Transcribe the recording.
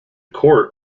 court